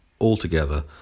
altogether